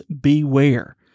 beware